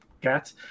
Get